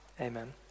amen